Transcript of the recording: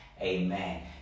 Amen